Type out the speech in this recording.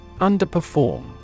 Underperform